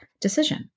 decision